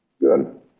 Good